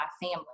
family